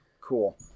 Cool